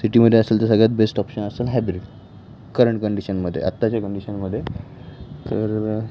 सिटीमध्ये असेल तर सगळ्यात बेस्ट ऑप्शन असल हायब्रिड करंट कंडिशनमध्ये आत्ताच्या कंडिशनमध्ये तर